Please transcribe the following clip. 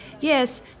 Yes